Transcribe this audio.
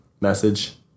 message